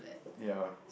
ya